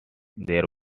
there